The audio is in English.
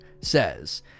says